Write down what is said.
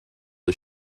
his